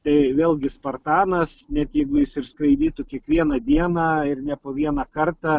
tai vėlgi spartanas net jeigu jis ir skraidytų kiekvieną dieną ir ne po vieną kartą